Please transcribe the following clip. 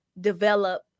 develop